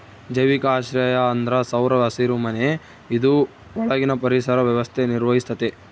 ಜೈವಿಕ ಆಶ್ರಯ ಅಂದ್ರ ಸೌರ ಹಸಿರುಮನೆ ಇದು ಒಳಗಿನ ಪರಿಸರ ವ್ಯವಸ್ಥೆ ನಿರ್ವಹಿಸ್ತತೆ